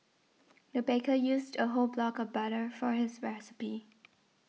the baker used a whole block of butter for this recipe